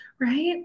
right